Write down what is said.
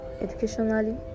educationally